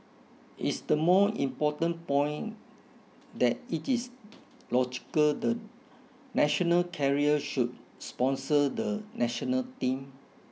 is the more important point that it is logical the national carrier should sponsor the national team